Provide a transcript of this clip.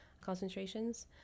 concentrations